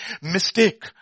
mistake